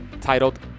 titled